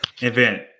event